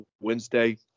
Wednesday